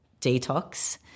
detox